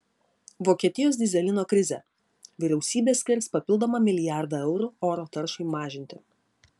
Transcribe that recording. vokietijos dyzelino krizė vyriausybė skirs papildomą milijardą eurų oro taršai mažinti